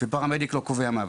ופרמדיק לא קובע מוות.